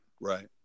Right